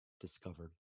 discovered